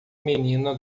menina